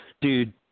Dude